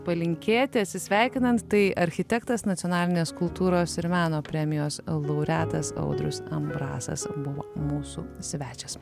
palinkėti atsisveikinant tai architektas nacionalinės kultūros ir meno premijos laureatas audrius ambrasas buvo mūsų svečias